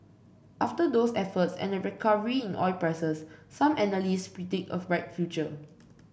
after those efforts and a recovery in oil prices some analysts predict a bright future